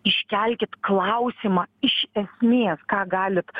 iškelkit klausimą iš esmės ką galit